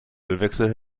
ölwechsel